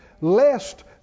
lest